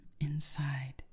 inside